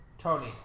Tony